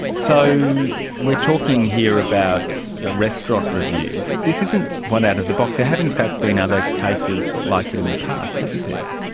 so we're talking here about a restaurant review. this isn't one out of the box, there have in fact been other cases like it in the past, haven't there?